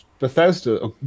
Bethesda